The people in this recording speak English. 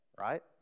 right